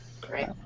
Great